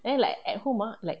then like at home ah like